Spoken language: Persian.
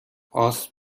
آسم